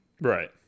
right